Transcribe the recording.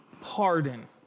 pardon